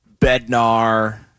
Bednar